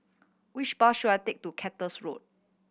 which bus should I take to Cactus Road